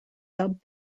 dubbed